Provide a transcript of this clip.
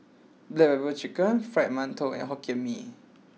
Black Pepper Chicken Fried Mantou and Hokkien Mee